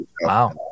Wow